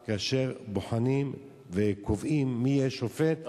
הרבה יותר כאשר בוחנים וקובעים מי יהיה שופט,